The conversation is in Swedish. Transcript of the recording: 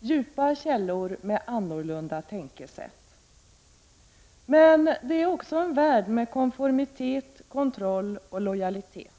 Djupa källor med annorlunda tänkesätt. Men också en värld med konformitet, kontroll och lojalitet.